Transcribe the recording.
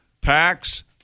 packs